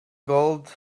gold